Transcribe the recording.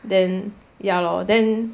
then ya lor then